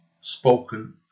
Spoken